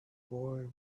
boy